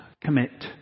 commit